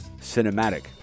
cinematic